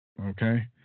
okay